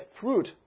fruit